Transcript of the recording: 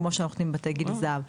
כמו שאנחנו נותנים בבתי גיל הזהב,